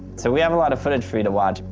so we have a lot of footage for you to watch,